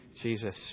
Jesus